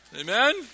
Amen